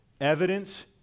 evidence